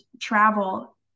travel